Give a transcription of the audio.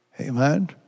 Amen